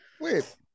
wait